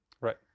right